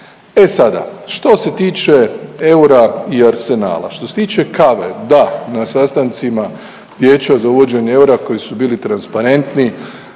E sada što se tiče eura i arsenala, što se tiče kave, da, na sastancima Vijeća za uvođenja eura koji su bili transparentni